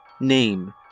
Name